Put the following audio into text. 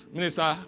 Minister